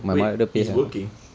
wait he's working